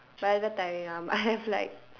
but it's very tiring ah but I have like